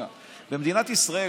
במדינת ישראל,